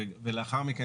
ולאחר מכן,